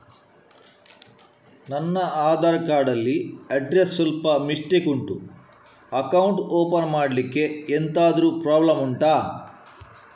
ನನ್ನ ಆಧಾರ್ ಕಾರ್ಡ್ ಅಲ್ಲಿ ಅಡ್ರೆಸ್ ಸ್ವಲ್ಪ ಮಿಸ್ಟೇಕ್ ಉಂಟು ಅಕೌಂಟ್ ಓಪನ್ ಮಾಡ್ಲಿಕ್ಕೆ ಎಂತಾದ್ರು ಪ್ರಾಬ್ಲಮ್ ಉಂಟಾ